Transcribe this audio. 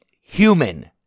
Human